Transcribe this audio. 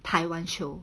taiwan show